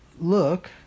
look